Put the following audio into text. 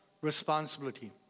responsibility